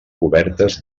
cobertes